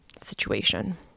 situation